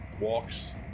Walks